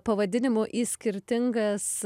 pavadinimu į skirtingas